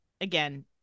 again